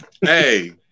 Hey